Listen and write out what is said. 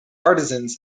artisans